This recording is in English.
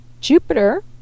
Jupiter